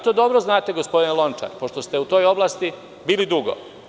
To dobro znate gospodine Lončar, pošto ste u toj oblasti bili dugo.